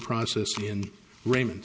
process in raymond